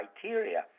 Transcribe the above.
criteria